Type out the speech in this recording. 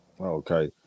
Okay